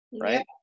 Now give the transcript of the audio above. Right